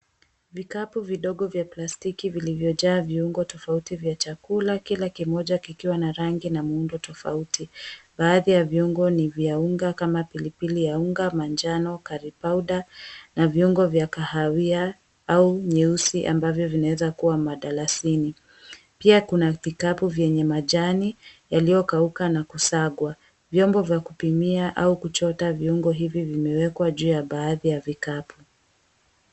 Vikapu vidogo vya plastiki vilivyojaa viungo tofauti vya chakula, kila kimoja kikiwa na rangi na muundo tofauti. Baadhi ya viungo ni vya unga kama pilipili ya unga manjano, curry powder na viungo vya kahawia au nyeusi ambavyo vinaweza kuwa madalasini. Pia kuna vikapu vyenye majani yaliyokauka na kusagwa. Vyombo vya kupimia au kuchota viungo hivi vimewekwa juu ya baadhi ya vikapu.